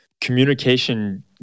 communication